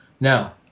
Now